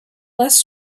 less